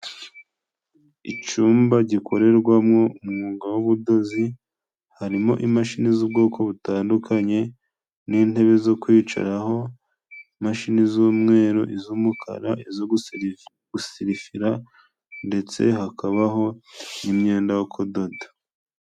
Icumba gikorerwamo umwuga w'ubudozi, harimo imashini z'ubwoko butandukanye, n'intebe zo kwicaraho, imashini z'umweru, iz'umukara izo gusirifira ndetse hakabaho n'imyenda yo kudoda.